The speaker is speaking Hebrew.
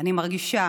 אני מרגישה